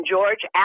George